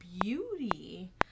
beauty